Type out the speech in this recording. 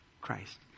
christ